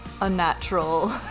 unnatural